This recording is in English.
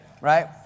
right